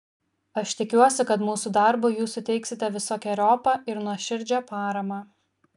aš tikiuosi kad mūsų darbui jūs suteiksite visokeriopą ir nuoširdžią paramą